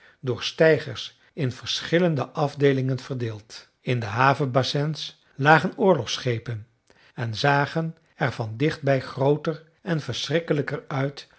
door steigers in verschillende afdeelingen verdeeld in de havenbasins lagen oorlogsschepen en zagen er van dichtbij grooter en verschrikkelijker uit